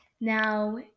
Now